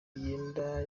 igenda